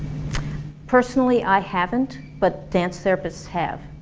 personally, i haven't. but dance therapists have